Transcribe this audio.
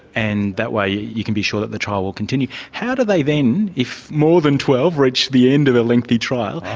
and that way you can be sure that the trial will continue. how do they then, if more than twelve reach the end of a lengthy trial,